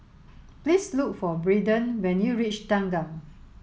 please look for Braeden when you reach Thanggam